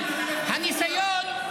אבל הניסיון,